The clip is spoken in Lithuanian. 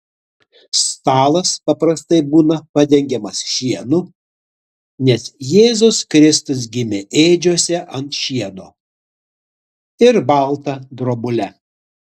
stalas paprastai buvo padengiamas šienu nes jėzus kristus gimė ėdžiose ant šieno ir balta drobule